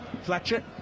Fletcher